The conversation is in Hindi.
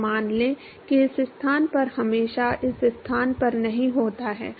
तो मान लें कि इस स्थान पर हमेशा इस स्थान पर नहीं होता है